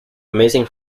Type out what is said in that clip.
amazing